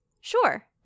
sure